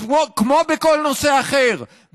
אז כמו בכל נושא אחר,